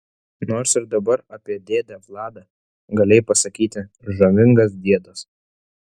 nors ir dabar apie dėdę vladą galėjai pasakyti žavingas diedas